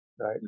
right